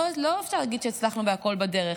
אי-אפשר להגיד שהצלחנו בכול בדרך,